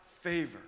favor